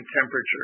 temperature